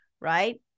right